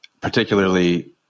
particularly